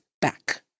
back